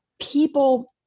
people